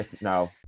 no